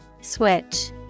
Switch